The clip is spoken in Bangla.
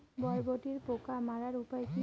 বরবটির পোকা মারার উপায় কি?